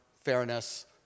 fairness